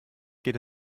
geht